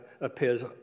appears